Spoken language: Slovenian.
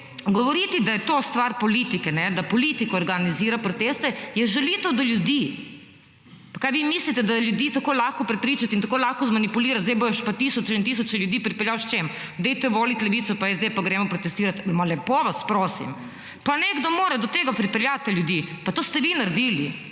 govoriti, da je to stvar politike, da politika organizira proteste, ja žalitev do ljudi. Pa kaj vi mislite, da je ljudi tako lahko prepričati in tako lahko zmanipulirati? Zdaj boš pa tisoče in tisoče ljudi pripeljal, s čim? Dajte volit Levico in SD in gremo protestirat? Ma, lepo vas prosim. Pa nekdo mora do tega pripeljati ljudi. Pa, to ste vi naredili.